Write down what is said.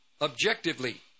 objectively